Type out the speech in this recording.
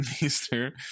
Easter